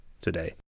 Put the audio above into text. today